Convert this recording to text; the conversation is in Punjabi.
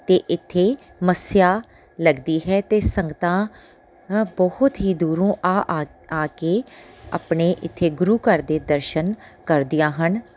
ਅਤੇ ਇੱਥੇ ਮੱਸਿਆ ਲੱਗਦੀ ਹੈ ਅਤੇ ਸੰਗਤਾਂ ਬਹੁਤ ਹੀ ਦੂਰੋਂ ਆ ਆ ਆ ਕੇ ਆਪਣੇ ਇੱਥੇ ਗੁਰੂ ਘਰ ਦੇ ਦਰਸ਼ਨ ਕਰਦੀਆਂ ਹਨ